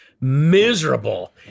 miserable